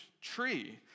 tree